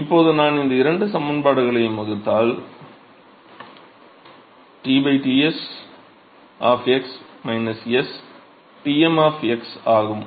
இப்போது நான் இந்த 2 சமன்பாடுகளை வகுத்தால் T Ts s Tm ஆகும்